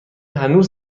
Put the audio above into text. هنوز